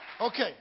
Okay